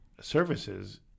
Services